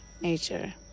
nature